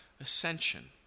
ascension